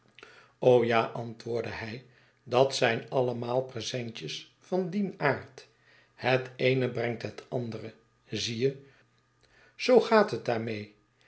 ja antwoordde hij dat zijn allemaal presentjes van dien aard het eene brengt het andere zie je zoo gaat het daarmee